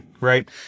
Right